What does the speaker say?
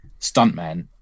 stuntman